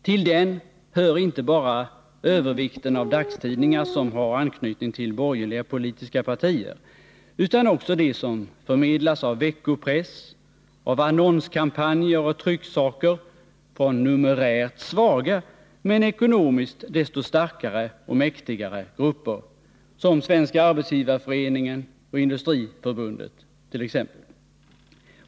Till den hör inte bara övervikten av dagstidningar som har anknytning till borgerliga politiska partier utan också det som förmedlas av veckopress, av annonskampanjer och trycksaker från numerärt svaga men ekonomiskt desto starkare och mäktigare grupper som Svenska arbetsgivareföreningen och Industriförbundet.